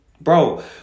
Bro